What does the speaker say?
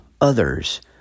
others